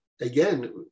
again